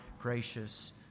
gracious